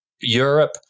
Europe